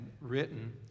written